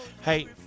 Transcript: Hey